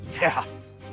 yes